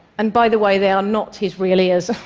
and by the way, they are not his real ears.